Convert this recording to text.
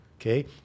Okay